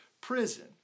prison